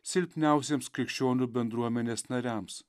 silpniausiems krikščionių bendruomenės nariams